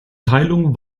teilungen